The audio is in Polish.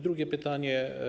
Drugie pytanie.